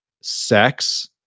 sex